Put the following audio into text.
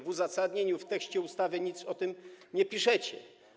W uzasadnieniu, w tekście ustawy nic o tym nie piszecie.